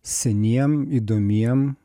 seniem įdomiem